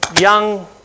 young